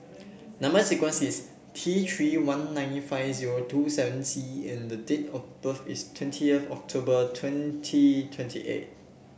number sequence is T Three one nine five zero two seven C and the date of birth is twentieth October twenty twenty eight